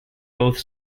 both